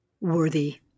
worthy